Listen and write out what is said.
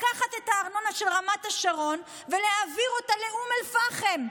לקחת את הארנונה של רמת השרון ולהעביר אותה לאום אל-פחם.